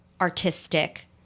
artistic